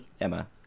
Emma